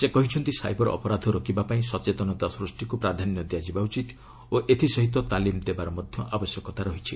ସେ କହିଛନ୍ତି ସାଇବର ଅପରାଧ ରୋକିବା ପାଇଁ ସଚେତନତା ସୃଷ୍ଟିକୁ ପ୍ରାଧାନ୍ୟ ଦିଆଯିବା ଉଚିତ ଓ ଏଥିସହିତ ତାଲିମ ଦେବାର ମଧ୍ୟ ଆବଶ୍ୟକତା ରହିଛି